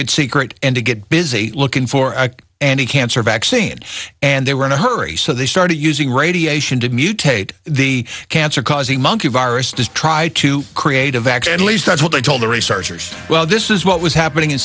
it secret and to get busy looking for any cancer vaccine and they were in a hurry so they started using radiation to mutate the cancer causing monkey virus to try to create a vaccine at least that's what they told the researchers well this is what was happening in